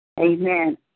Amen